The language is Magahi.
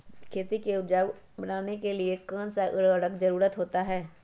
खेती को उपजाऊ बनाने के लिए कौन कौन सा उर्वरक जरुरत होता हैं?